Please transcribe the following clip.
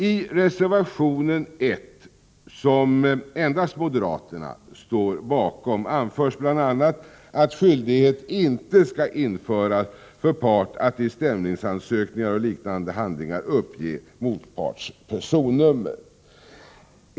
I reservation 1, som endast moderaterna står bakom, anförs bl.a. att ”skyldighet inte skall införas för part att i stämningsansökningar och liknande handlingar uppge motparts personnummer”.